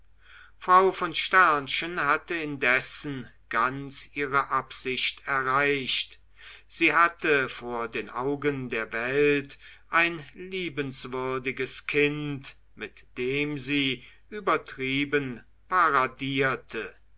frau von hatte indessen ganz ihre absicht erreicht sie hatte vor den augen der welt ein liebenswürdiges kind mit dem sie übertrieben paradierte